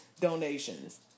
donations